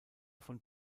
von